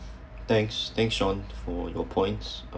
thanks thanks shawn for your points uh